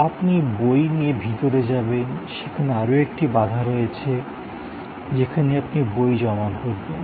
আপনি বই নিয়ে ভিতরে যাবেন সেখানে আরও একটি বাধা রয়েছে যেখানে আপনি বই জমা করবেন